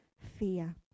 fear